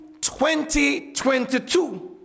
2022